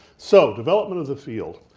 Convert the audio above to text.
so development of the field.